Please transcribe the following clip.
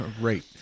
Right